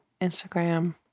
instagram